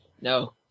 No